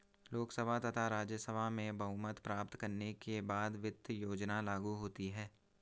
लोकसभा तथा राज्यसभा में बहुमत प्राप्त करने के बाद वित्त योजना लागू होती है